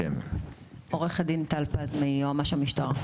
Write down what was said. עו"ד טל פז מיועמ"ש המשטרה.